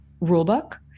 rulebook